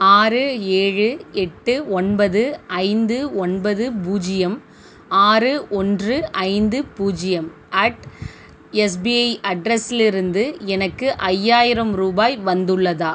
ஆறு ஏழு எட்டு ஒன்பது ஐந்து ஒன்பது பூஜ்ஜியம் ஆறு ஒன்று ஐந்து பூஜ்ஜியம் அட் எஸ்பிஐ அட்ரஸிலிருந்து எனக்கு ஐயாயிரம் ரூபாய் வந்துள்ளதா